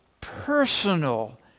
personal